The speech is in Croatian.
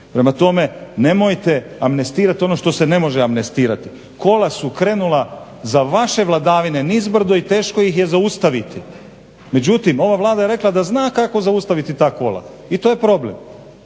Prema tome nemojte amnestirati ono što se ne može amnestirati. Kola su krenula za vaše vladavine nizbrdo i teško ih je zaustaviti. Međutim ova Vlada je rekla da zna kako zaustaviti ta kola i to je problem.